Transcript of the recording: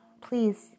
please